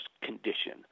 condition